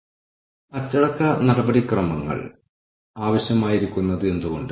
നിങ്ങൾ ഒരു പ്രോഗ്രാമിലൂടെ അവരെ ഉൾപ്പെടുത്തിയാൽ നിങ്ങൾ ആരംഭിച്ച പുതിയ കാര്യത്തോടുള്ള അവരുടെ പ്രതികരണം എന്താണ്